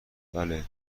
بله